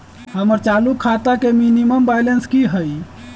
हमर चालू खाता के मिनिमम बैलेंस कि हई?